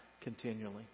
continually